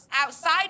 outside